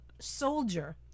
soldier